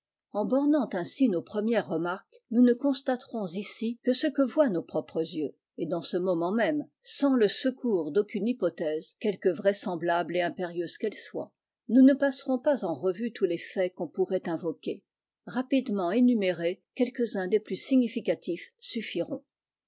en bornant ainsi son premières remarques nous ne constaterons ici que ce que voient nos propres yeux et dans ce moment même sans le secours d'aucune hypothèse quelque vraisemblable et impérieuse qu'elle soit nous ne passerons pas en revue tous les faits qu'on pourrait invoquer rapidement énumérés quel mes uns des